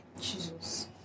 Jesus